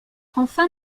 enfin